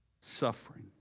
Suffering